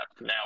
now